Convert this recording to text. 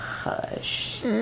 hush